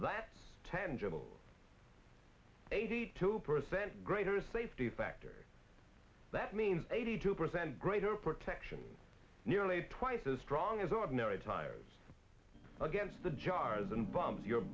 general eighty two percent greater safety factor that means eighty two percent greater protection nearly twice as strong as ordinary tires against the jars and bumps you're